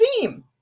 theme